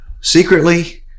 secretly